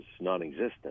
non-existent